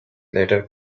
later